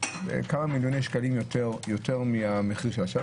בכמה מיליוני שקלים יותר ממחיר השוק.